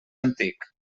antic